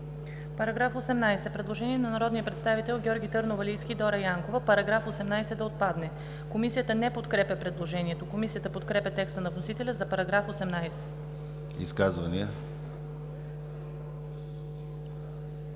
По § 18 има предложение на народните представители Георги Търновалийски и Дора Янкова: Параграф 18 да отпадне. Комисията не подкрепя предложението. Комисията подкрепя текста на вносителя за § 18. ПРЕДСЕДАТЕЛ